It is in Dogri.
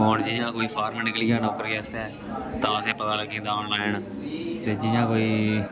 हून जि'यां कोई फॉर्म निकली जान नौकरी आस्तै तां असें ई पता लग्गी जंदा ऑनलाइन ते जि'यां कोई